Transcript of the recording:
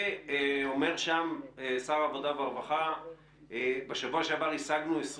אומר שם שר העבודה והרווחה ש"בשבוע שעבר השגנו 20